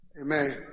Amen